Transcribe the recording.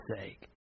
sake